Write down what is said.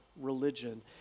religion